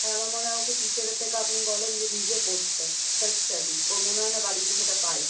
আর আমার মনে হয় ওকে টিচারের থেকেও আপনি বলেন যে নিজে পড়তে সেলফ স্টাডি ও মনে হয় না বাড়িতে সেটা পায়